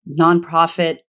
nonprofit